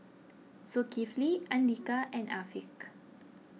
Zulkifli andika and Afiq